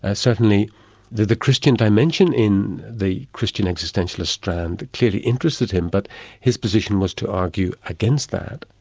ah certainly the the christian dimension in the christian existentialist strand clearly interested him, but his position was to argue against that.